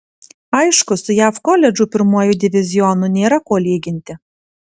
aišku su jav koledžų pirmuoju divizionu nėra ko lyginti